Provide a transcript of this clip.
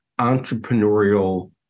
entrepreneurial